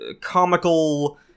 comical